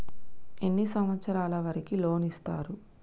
ఎన్ని సంవత్సరాల వారికి లోన్ ఇస్తరు?